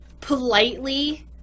politely